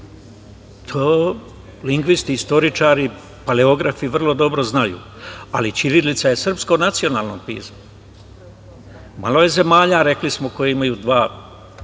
To lingvisti, istoričari, paleografi vrlo dobro znaju, ali ćirilica je srpsko nacionalno pismo. Malo je zemalja, rekli smo, koje imaju dva